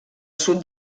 sud